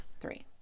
Three